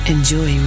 Enjoy